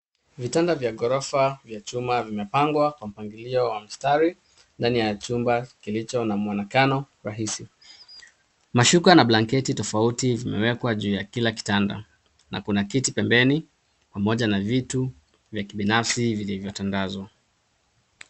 Vitanda vya gorofa vya chuma vimepangwa kwa mpangilio wa mstari ndani ya chumba kilicho na muonekana rahisi. Mashuka na mablanketi tofauti vimewekwa juu ya kila kitanda. Na kuna kiti pembeni pamoja na vitu vya kibinafsi vilivyotandazwa.